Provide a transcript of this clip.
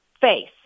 FACE